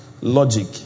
logic